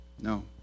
No